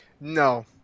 No